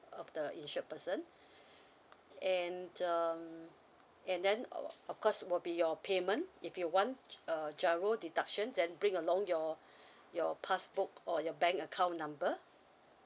of the insured person and um and then our of course will be your payment if you want uh GIRO deduction then bring along your your passbook or your bank account number